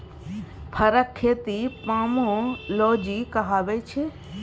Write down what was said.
फरक खेती पामोलोजी कहाबै छै